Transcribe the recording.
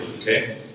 okay